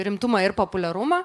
rimtumą ir populiarumą